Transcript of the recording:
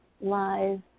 Live